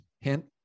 hint